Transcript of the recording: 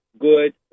good